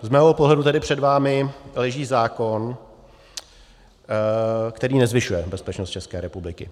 Z mého pohledu tedy před vámi leží zákon, který nezvyšuje bezpečnost České republiky.